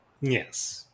Yes